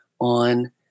on